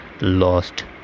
lost